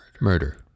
Murder